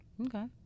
Okay